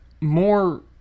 more